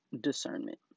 discernment